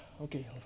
okay